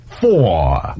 four